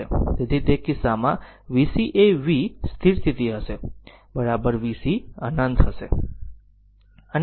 તેથી તે કિસ્સામાં vc એ V સ્થિર સ્થિતિ હશે vc અનંત હશે